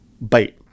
bite